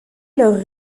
leur